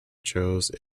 chose